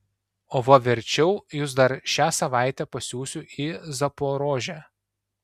o va verčiau jus dar šią savaitę pasiųsiu į zaporožę